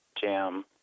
jam